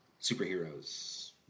superheroes